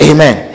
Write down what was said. Amen